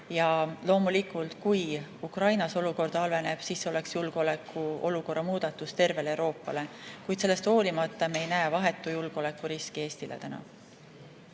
Loomulikult, kui Ukrainas olukord halveneks, siis see oleks julgeolekuolukorra muudatus tervele Euroopale, kuid sellest hoolimata me ei näe vahetut julgeolekuriski Eestile täna.